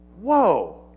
Whoa